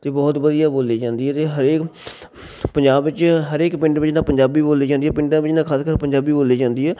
ਅਤੇ ਬਹੁਤ ਵਧੀਆ ਬੋਲੀ ਜਾਂਦੀ ਹੈ ਅਤੇ ਹਰੇਕ ਪੰਜਾਬ ਵਿੱਚ ਹਰੇਕ ਪਿੰਡ ਵਿੱਚ ਤਾਂ ਪੰਜਾਬੀ ਬੋਲੀ ਜਾਂਦੀ ਆ ਪਿੰਡਾਂ ਵਿੱਚ ਨਾ ਖਾਸ ਕਰ ਪੰਜਾਬੀ ਬੋਲੀ ਜਾਂਦੀ ਹੈ